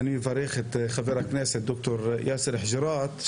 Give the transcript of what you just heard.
אני מברך את חבר הכנסת ד"ר יאסר חוג'יראת,